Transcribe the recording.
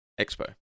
expo